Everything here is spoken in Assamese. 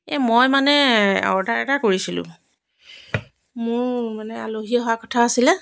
এই মই মানে অৰ্ডাৰ এটা কৰিছিলোঁ মোৰ মানে আলহী অহা কথা আছিলে